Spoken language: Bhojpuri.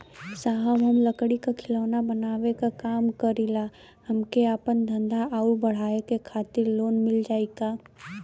साहब हम लंगड़ी क खिलौना बनावे क काम करी ला हमके आपन धंधा अउर बढ़ावे के खातिर लोन मिल जाई का?